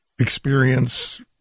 experience